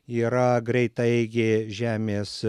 yra greitaeigė žemės